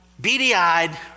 beady-eyed